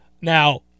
Now